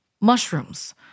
mushrooms